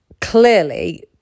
clearly